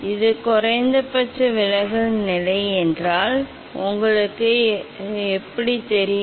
இது குறைந்தபட்ச விலகல் நிலை உங்களுக்கு எப்படி தெரியும்